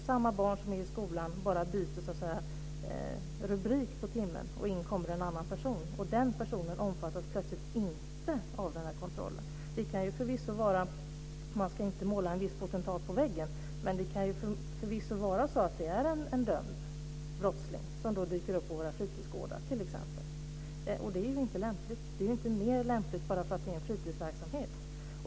Samma barn som är i skolan byter så att säga bara rubrik på timmen och in kommer en annan person. Den personen omfattas plötsligt inte av kontrollen. Man ska inte måla en viss potentat på väggen, men det kan förvisso vara en brottsling som då dyker upp på våra fritidsgårdar. Det är inte lämpligt. Det är inte mer lämpligt bara för att det är en fritidsverksamhet.